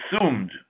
assumed